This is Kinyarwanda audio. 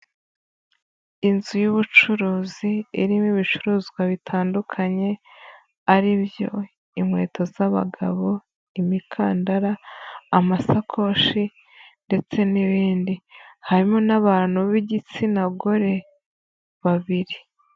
Inzu y'ubucuruzi irimo ibicuruzwa bitandukanye ari byo inkweto zabagabo, imikandara, amasakoshi ndetse n'ibindi; harimo n'abantu b'igitsina gore babiri.